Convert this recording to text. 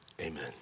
Amen